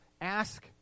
ask